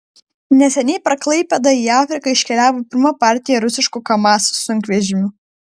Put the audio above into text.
neseniai per klaipėdą į afriką iškeliavo pirma partija rusiškų kamaz sunkvežimių